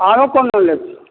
आरो कोनो लैके छै